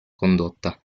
condotta